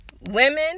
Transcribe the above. Women